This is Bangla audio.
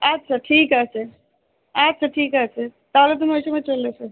আচ্ছা ঠিক আছে আচ্ছা ঠিক আছে তাহলে তুমি ওই সময় চলে এসো